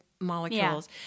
molecules